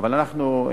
אנחנו,